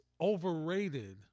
overrated